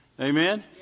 Amen